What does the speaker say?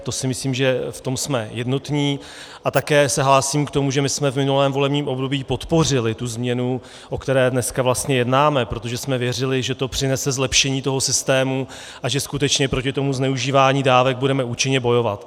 To si myslím, že v tom jsme jednotní, a také se hlásím k tomu, že jsme v minulém volebním období podpořili tu změnu, o které dneska vlastně jednáme, protože jsme věřili, že to přinese zlepšení systému a že skutečně proti zneužívání dávek budeme účinně bojovat.